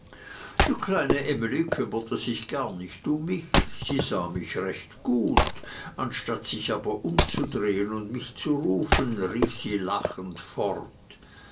die kleine emly kümmerte sich gar nicht um mich sie sah mich recht gut anstatt sich aber umzudrehen und mich zu rufen lief sie lachend fort